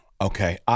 Okay